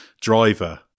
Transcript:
driver